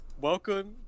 welcome